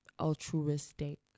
altruistic